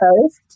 post